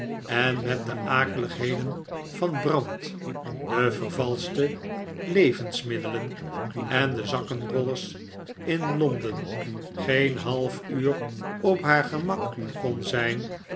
en met de akeligheden van brand de vervalschte levensmiddelen en de zakkenrollers in londen geen half uur op haar gemak kon zijn